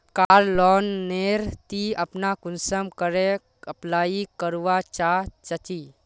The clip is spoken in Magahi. कार लोन नेर ती अपना कुंसम करे अप्लाई करवा चाँ चची?